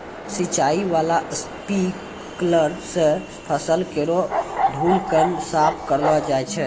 सिंचाई बाला स्प्रिंकलर सें फसल केरो धूलकण साफ करलो जाय छै